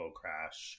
crash